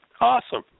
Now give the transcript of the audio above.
Awesome